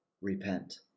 repent